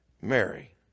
Mary